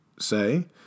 say